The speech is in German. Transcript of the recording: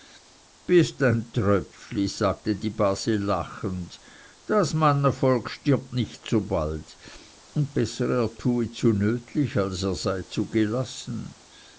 bist ein tröpfli sagte die base lachend das mannevolk stirbt nicht so bald und besser er tue zu nötlich als er sei zu gelassen